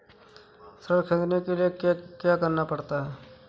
ऋण ख़रीदने के लिए क्या करना पड़ता है?